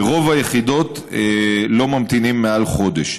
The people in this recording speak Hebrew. וברוב היחידות לא ממתינים מעל חודש,